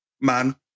man